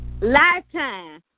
Lifetime